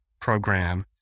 program